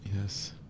Yes